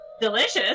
Delicious